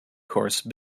course